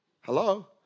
Hello